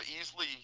easily